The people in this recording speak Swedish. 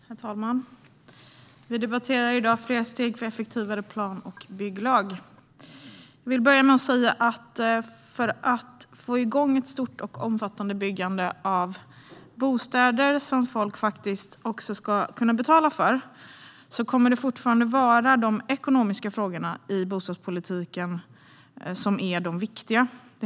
Herr talman! Vi debatterar i dag fler steg för effektivare plan och bygglag. För att få igång ett stort och omfattande byggande av bostäder som folk också ska kunna betala för kommer det fortfarande att vara de ekonomiska frågorna i bostadspolitiken som är de viktiga.